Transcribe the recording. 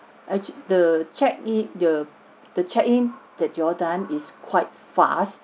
act~ the check in the the check in that you all done is quite fast